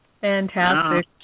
Fantastic